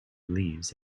leaves